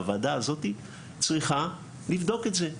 והוועדה הזאת צריכה לבדוק את זה.